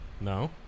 No